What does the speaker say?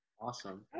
Awesome